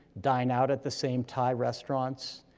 dine out at the same thai restaurants,